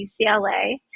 UCLA